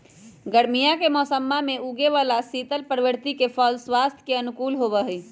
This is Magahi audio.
गर्मीया के मौसम्मा में उगे वाला शीतल प्रवृत्ति के फल स्वास्थ्य के अनुकूल होबा हई